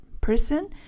person